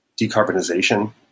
decarbonization